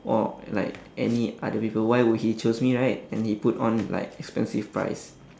or like any other people why would he choose me right and he put on like expensive price